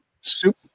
Soup